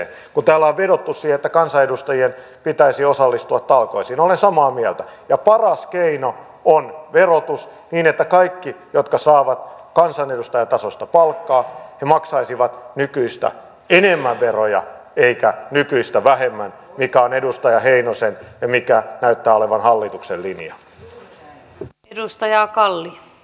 kun täällä on vedottu siihen että kansanedustajien pitäisi osallistua talkoisiin olen samaa mieltä niin paras keino on verotus niin että kaikki jotka saavat kansanedustajatasoista palkkaa maksaisivat nykyistä enemmän veroja eivätkä nykyistä vähemmän mikä on edustaja heinosen ja mikä näyttää olevan hallituksen linja